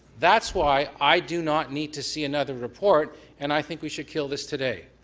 that's why i do not need to see another report and i think we should kill this today.